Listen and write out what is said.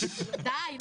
די,